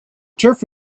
turf